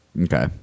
Okay